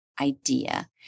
idea